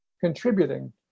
contributing